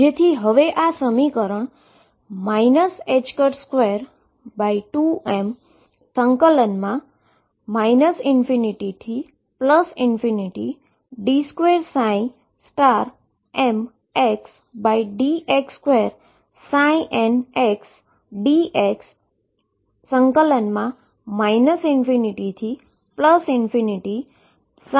જેથી હવે આ સમીકરણ 22m ∞d2mxdx2nxdx ∞mxVxnxdx Em ∞mxndx થશે